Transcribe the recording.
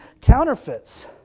counterfeits